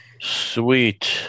Sweet